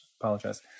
apologize